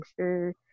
sure